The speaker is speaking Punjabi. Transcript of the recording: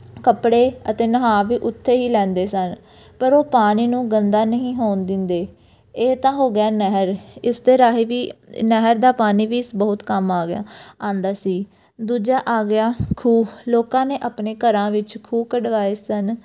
ਕੱਪੜੇ ਅਤੇ ਨਹਾ ਵੀ ਉੱਥੇ ਹੀ ਲੈਂਦੇ ਸਨ ਪਰ ਉਹ ਪਾਣੀ ਨੂੰ ਗੰਦਾ ਨਹੀਂ ਹੋਣ ਦਿੰਦੇ ਇਹ ਤਾਂ ਹੋ ਗਿਆ ਨਹਿਰ ਇਸ ਦੇ ਰਾਹੀਂ ਵੀ ਨਹਿਰ ਦਾ ਪਾਣੀ ਵੀ ਬਹੁਤ ਕੰਮ ਆ ਗਿਆ ਆਉਂਦਾ ਸੀ ਦੂਜਾ ਆ ਗਿਆ ਖੂਹ ਲੋਕਾਂ ਨੇ ਆਪਣੇ ਘਰਾਂ ਵਿੱਚ ਖੂਹ ਕਢਵਾਏ ਸਨ